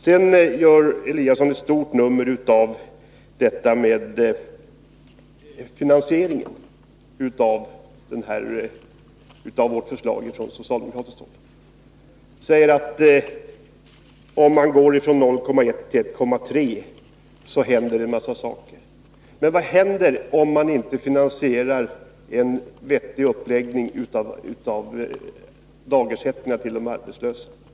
Ingemar Eliasson gör stort nummer av finansieringen av vårt förslag från socialdemokratiskt håll. Han säger att om man går från 0,8 till 1,3 så händer det en massa saker. Men vad händer om man inte finansierar en vettig uppläggning av dagersättningar till de arbetslösa?